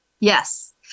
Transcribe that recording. Yes